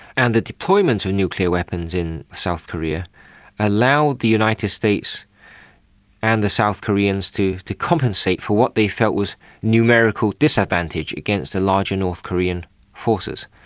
and the deployment of nuclear weapons in south korea allowed the united states and the south koreans to to compensate for what they felt was numerical disadvantage against the larger north korean forces.